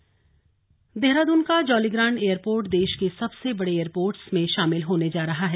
Jolly Grant airport Dehradun का Jolly Grant airport देश के सबसे बड़े एयरपोर्ट्स में शामिल होने जा रहा है